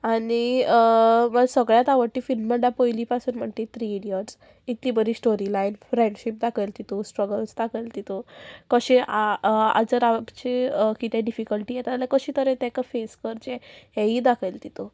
आनी मा सगळ्यांत आवडटी फिल्म त्या पयलीं पासून म्हणटी थ्री इडियट्स इतली बरी स्टोरी लायन फ्रेंडशीप दाखयल तितू स्ट्रगल्स दाखयल तितू कशें आं आजर आमचे कितें डिफिकल्टी येता जाल्यार कशें तरेन ताका फेस करचे हेय दाखयल तितू